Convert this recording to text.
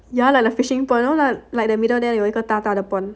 ya lah like the fishing pond for now lah like you know the middle the 里有一个大大的 pond